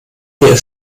wir